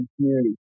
community